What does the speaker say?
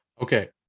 Okay